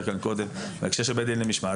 כאן קודם בהקשר של בית דין למשמעת.